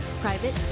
Private